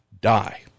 die